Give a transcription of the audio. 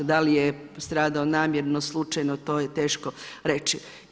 Da li je stradao namjerno, slučajno, to je teško reći.